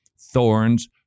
thorns